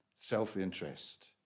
self-interest